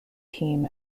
team